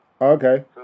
Okay